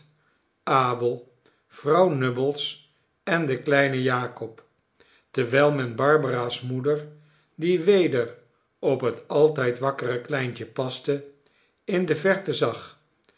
abel vrouw nubbles en de kleine jakob terwijl men barbara's moeder die weder op het altijd wakkere kleintje paste in de verte zag